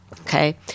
Okay